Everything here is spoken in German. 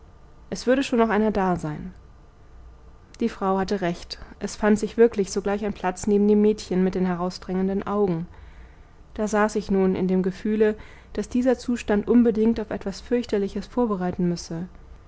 es würde schon noch einer da sein die frau hatte recht es fand sich wirklich sogleich ein platz neben dem mädchen mit den herausdrängenden augen da saß ich nun in dem gefühle daß dieser zustand unbedingt auf etwas fürchterliches vorbereiten müsse